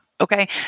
okay